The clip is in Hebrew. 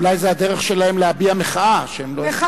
אולי זו הדרך שלהם להביע מחאה, שהם לא הגיעו.